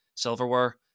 Silverware